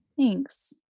Thanks